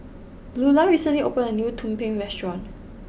Loula recently opened a new Tumpeng restaurant